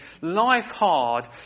life-hard